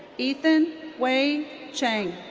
ethan wei chang.